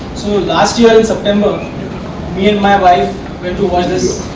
so last year in september me and my wife went to watch